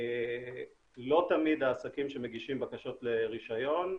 לא תמיד העסקים שמגישים בקשות לרישיון,